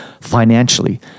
financially